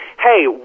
hey